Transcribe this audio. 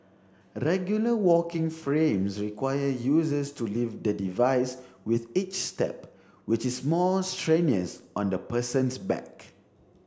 regular walking frames require users to lift the device with each step which is more strenuous on the person's back